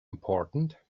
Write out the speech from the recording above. important